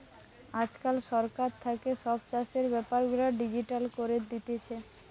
আজকাল সরকার থাকে সব চাষের বেপার গুলা ডিজিটাল করি দিতেছে